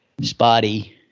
spotty